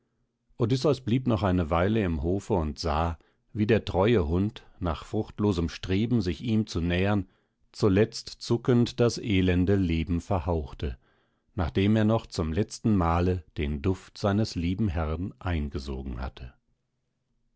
odysseus blieb noch eine weile im hofe und sah wie der treue hund nach fruchtlosem streben sich ihm zu nähern zuletzt zuckend das elende leben verhauchte nachdem er noch zum letztenmale den duft seines lieben herrn eingesogen hatte